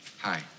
Hi